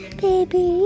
baby